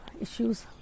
issues